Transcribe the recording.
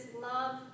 love